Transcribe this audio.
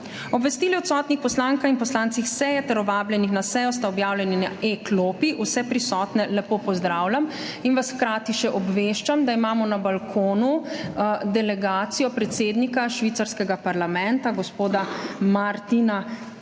Obvestili o odsotnih poslankah in poslancih seje ter o vabljenih na sejo sta objavljeni na e-klopi. Vse prisotne lepo pozdravljam in vas hkrati še obveščam, da imamo na balkonu delegacijo predsednika švicarskega parlamenta, gospoda Martina